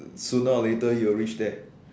sooner or later you'll reach there